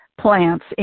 plants